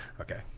Okay